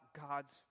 God's